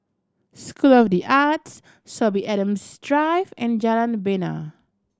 School of The Arts Sorby Adams Drive and Jalan Bena